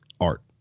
art